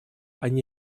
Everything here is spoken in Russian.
они